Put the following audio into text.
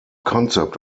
concept